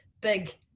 big